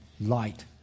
light